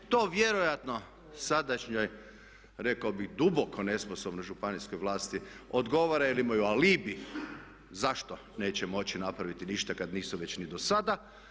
To vjerojatno sadašnjoj rekao bih duboko nesposobnoj županijskoj vlasti odgovara jer imaju alibi zašto neće moći napraviti ništa kad nisu već ni do sada.